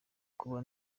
kuba